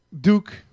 Duke